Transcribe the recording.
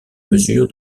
mesure